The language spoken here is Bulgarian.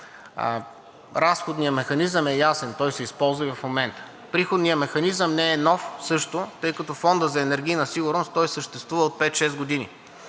разходният механизъм е ясен, той се използва и в момента. Приходният механизъм също не е нов, тъй като Фондът за енергийна сигурност съществува от 5 – 6 години.